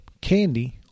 candy